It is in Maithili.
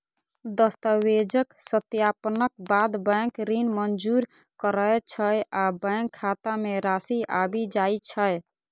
दस्तावेजक सत्यापनक बाद बैंक ऋण मंजूर करै छै आ बैंक खाता मे राशि आबि जाइ छै